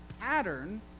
pattern